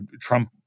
Trump